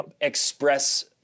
express